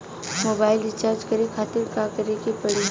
Mobile recharge करे खातिर का करे के पड़ी?